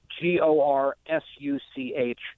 G-O-R-S-U-C-H